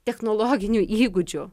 technologinių įgūdžių